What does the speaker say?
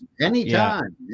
Anytime